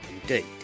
indeed